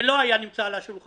זה לא היה נמצא על השולחן,